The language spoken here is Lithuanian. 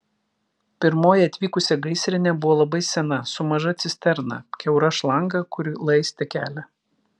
pirmoji atvykusi gaisrinė buvo labai sena su maža cisterna kiaura šlanga kuri laistė kelią